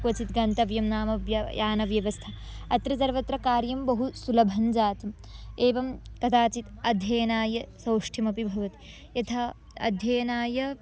क्वचित् गन्तव्यं नाम व्य यानव्यवस्था अत्र सर्वत्र कार्यं बहु सुलभन् जातम् एवं कदाचित् अध्ययनाय सौष्ठ्यमपि भवति यथा अध्ययनाय